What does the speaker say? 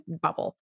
bubble